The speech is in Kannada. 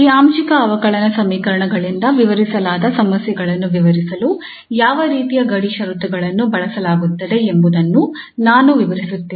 ಈ ಆಂಶಿಕ ಅವಕಲನ ಸಮೀಕರಣಗಳಿಂದ ವಿವರಿಸಲಾದ ಸಮಸ್ಯೆಗಳನ್ನು ವಿವರಿಸಲು ಯಾವ ರೀತಿಯ ಗಡಿ ಷರತ್ತುಗಳನ್ನು ಬಳಸಲಾಗುತ್ತದೆ ಎಂಬುದನ್ನು ನಾನು ವಿವರಿಸುತ್ತೇನೆ